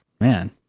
Man